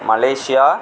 Malaysia